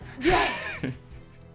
Yes